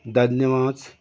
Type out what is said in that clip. মাছ